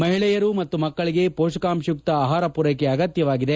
ಮಹಿಳೆಯರು ಮತ್ತು ಮಕ್ಕಳಿಗೆ ಮೋಷಕಾಂಶಯುಕ್ತ ಆಹಾರ ಮೂರೈಕೆ ಅಗತ್ಯವಾಗಿದೆ